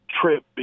trip